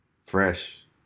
fresh